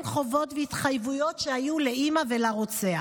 חובות והתחייבויות שהיו לאימא ולרוצח.